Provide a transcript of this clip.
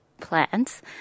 plants